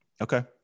Okay